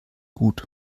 gut